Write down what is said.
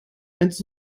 eins